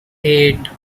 eight